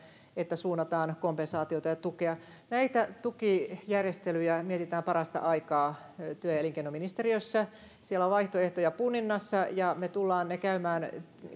että suunnataan kompensaatiota ja tukea näitä tukijärjestelyjä mietitään parasta aikaa työ ja elinkeinoministeriössä siellä on vaihtoehtoja punninnassa ja me tulemme käymään ne